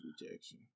rejection